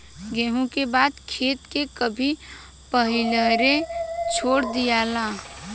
गेंहू के बाद खेत के कभी पलिहरे छोड़ दियाला